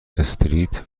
استریت